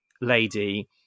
lady